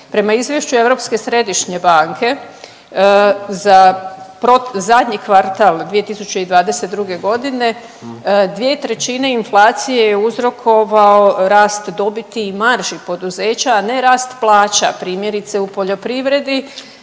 Prema izvješću Europske središnje banke za zadnji kvartal 2022. g. 2/3 inflacije je uzrokovao rast dobiti i marži poduzeća, a ne rast plaća, primjerice, u poljoprivredi